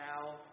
Now